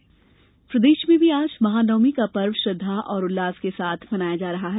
महानवमी प्रदेश में भी आज महानवमी का पर्व श्रद्वा और उल्लास के साथ मनाया जा रहा है